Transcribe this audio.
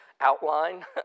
outline